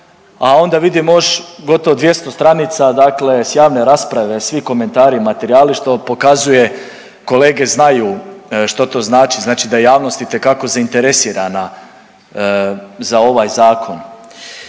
a onda vidimo još gotovo 200 stranica dakle s javne rasprave, svi komentari, materijali što pokazuje kolege znaju što to znači, znači da je javnost itekako zainteresirana za ovaj zakon.